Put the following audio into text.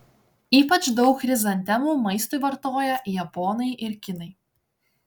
ypač daug chrizantemų maistui vartoja japonai ir kinai